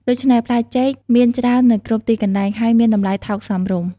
ដូច្នេះផ្លែចេកមានច្រើននៅគ្រប់ទីកន្លែង ហើយមានតម្លៃថោកសមរម្យ។